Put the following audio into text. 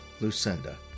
Lucinda